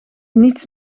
niets